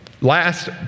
Last